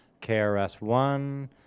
KRS-One